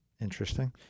interesting